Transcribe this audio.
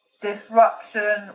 disruption